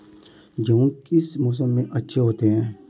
गेहूँ किस मौसम में अच्छे होते हैं?